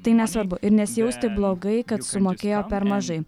tai nesvarbu ir nesijausti blogai kad sumokėjo per mažai